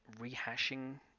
rehashing